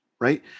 right